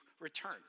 return